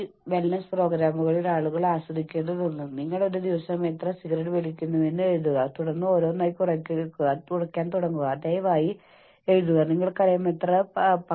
സാധ്യതയുള്ള സ്രോതസ്സുകൾ പരിതസ്ഥിതി ഘടകങ്ങൾ സാമ്പത്തിക അനിശ്ചിതത്വം രാഷ്ട്രീയ അനിശ്ചിതത്വം സാങ്കേതിക മാറ്റം പുതിയ സാങ്കേതികവിദ്യയുടെ വരവ് ശമ്പളം എന്നിവയാകാം